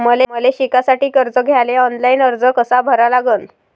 मले शिकासाठी कर्ज घ्याले ऑनलाईन अर्ज कसा भरा लागन?